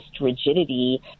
rigidity